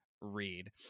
read